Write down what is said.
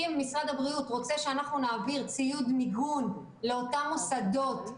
אם משרד הבריאות רוצה שנעביר ציוד מיגון לאותם מוסדות,